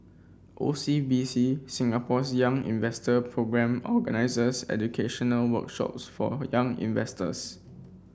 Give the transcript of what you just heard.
O C B C Singapore's Young Investor Programme organizes educational workshops for young investors